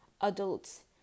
adults